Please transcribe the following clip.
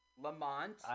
Lamont